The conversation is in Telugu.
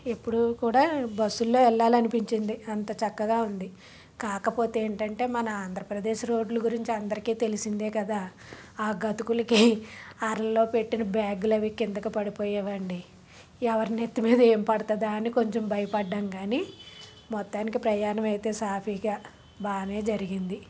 ఇప్పుడు కూడా బస్సుల్లో ఎళ్ళాలనిపించింది అంత చక్కగా ఉంది కాకపోతే ఏంటంటే మన ఆంధ్రప్రదేశ్ రోడ్ల గురించి అందరికీ తెలిసిందే కదా ఆ గతుకులకి ఆరలో పెట్టిన బ్యాగులవి పడిపోయావండి ఎవరి నెత్తి మీద ఏం పడతుందా అని కొంచెం భయపడడం కానీ మొత్తానికి ప్రయాణమైతే సాఫీగా బాగానే జరిగింది